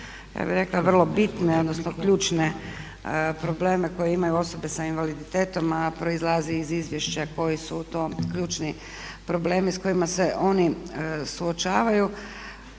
ja bih rekla vrlo bitne odnosno ključne probleme koje imaju osobe sa invaliditetom a proizlazi iz izvješća kojem su to ključni problemi s kojima se oni suočavaju.